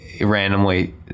randomly